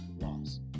loss